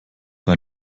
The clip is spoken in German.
bei